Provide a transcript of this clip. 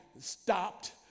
stopped